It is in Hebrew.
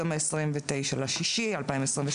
היום 29 ביוני 2022,